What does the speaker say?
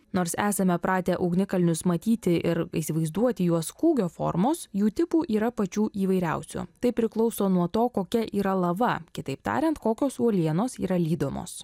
nors esame pratę ugnikalnius matyti ir įsivaizduoti juos kūgio formos jų tipų yra pačių įvairiausių tai priklauso nuo to kokia yra lava kitaip tariant kokios uolienos yra lydomos